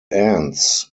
ants